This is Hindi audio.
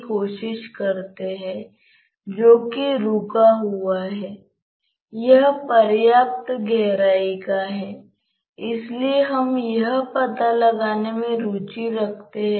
एक सबसे सीधा नीचे का फेस है हाँ जिसके माध्यम से द्रव प्रवाहित होता है